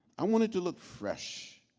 i wanted to look fresh,